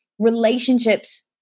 Relationships